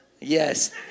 Yes